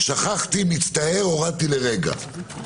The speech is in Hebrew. שכחתי, מצטער, הורדתי לרגע.